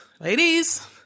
ladies